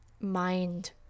mind